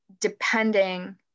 depending